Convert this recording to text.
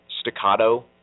staccato